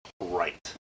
Right